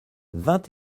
vingt